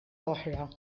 oħra